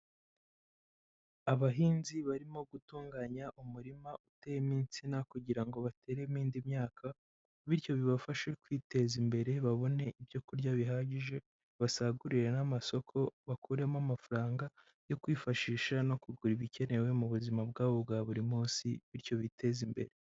Abahinzi barimo gutunganya umurima uteyemo insina kugira ngo bateremo indi myaka. Bityo bibafashe kwiteza imbere babone ibyoku kurya bihagije, basagurire n'amasoko, bakuremo amafaranga. Yo kwifashisha no kugura ibikenewe mu buzima bwabo bwa buri munsi, bityo biteze imbere.